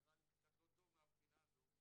זה נראה לי קצת לא טוב מהבחינה הזאת,